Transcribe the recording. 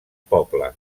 poble